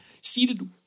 seated